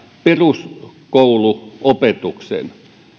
peruskouluopetuksen